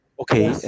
okay